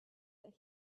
that